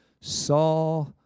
saw